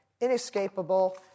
inescapable